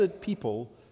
people